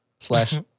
Slash